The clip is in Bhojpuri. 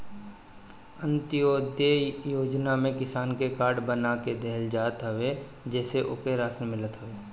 अन्त्योदय योजना में किसान के कार्ड बना के देहल जात हवे जेसे ओके राशन मिलत हवे